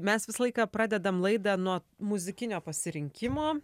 mes visą laiką pradedam laidą nuo muzikinio pasirinkimo